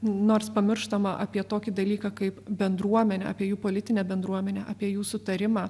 nors pamirštama apie tokį dalyką kaip bendruomenė apie jų politinę bendruomenę apie jų sutarimą